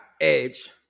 Edge